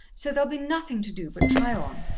so there'll be nothin' to do but try on,